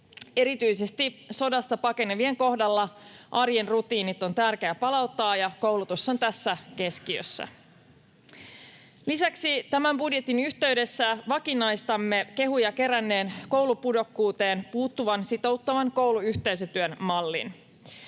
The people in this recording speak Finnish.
Erityisesti sodasta pakenevien kohdalla arjen rutiinit on tärkeää palauttaa, ja koulutus on tässä keskiössä. Lisäksi tämän budjetin yhteydessä vakinaistamme kehuja keränneen koulupudokkuuteen puuttuvan sitouttavan kouluyhteisötyön mallin.